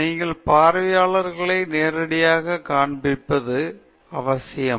எனவே நீங்கள் பார்வையாளர்களை நேரடியாகக் காண்பிப்பது அவசியம்